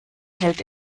hält